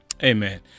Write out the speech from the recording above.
Amen